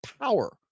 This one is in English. power